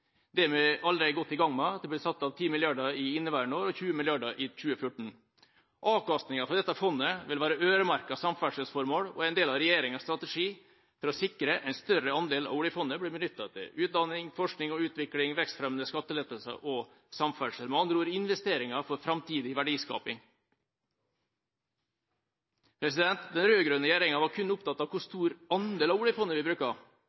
Det er vi allerede godt i gang med: Det blir satt av 10 mrd. kr i inneværende år og 20 mrd. kr i 2014. Avkastningen av dette fondet vil være øremerket samferdselsformål, og er en del av regjeringas strategi for å sikre at en større andel av oljefondet blir benyttet til utdanning, forskning og utvikling, vekstfremmende skattelettelser og samferdsel, med andre ord investeringer for framtidig verdiskaping. Den rød-grønne regjeringa var kun opptatt av hvor stor andel av oljefondet vi bruker.